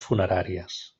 funeràries